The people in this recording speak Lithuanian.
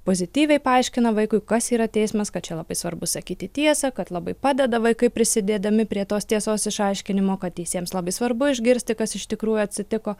pozityviai paaiškina vaikui kas yra teismas kad čia labai svarbu sakyti tiesą kad labai padeda vaikai prisidėdami prie tos tiesos išaiškinimo kad teisėjams labai svarbu išgirsti kas iš tikrųjų atsitiko